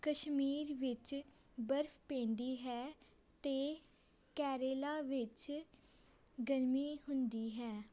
ਕਸ਼ਮੀਰ ਵਿੱਚ ਬਰਫ ਪੈਂਦੀ ਹੈ ਅਤੇ ਕੇਰੇਲਾ ਵਿੱਚ ਗਰਮੀ ਹੁੰਦੀ ਹੈ